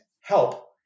help